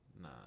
nah